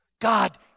God